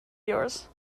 yours